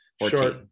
Short